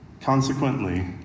Consequently